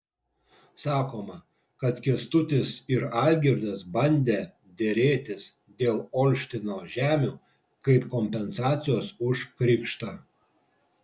sakoma kad kęstutis ir algirdas bandę derėtis dėl olštino žemių kaip kompensacijos už krikštą